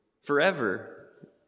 forever